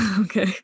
Okay